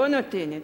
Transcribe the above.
לא נותנת.